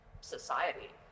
society